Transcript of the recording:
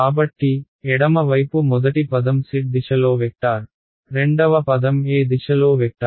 కాబట్టి ఎడమ వైపు మొదటి పదం z దిశలో వెక్టార్ రెండవ పదం ఏ దిశలో వెక్టార్